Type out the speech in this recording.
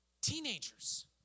teenagers